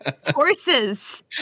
Horses